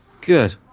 good